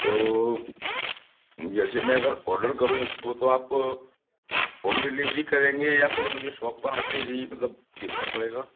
तो जैसे मैं अगर ऑडर करूँ इसको तो आप होम डिलीवरी करेंगे या फिर मुझे शॉप पर आ कर ही मतलब देखना पड़ेगा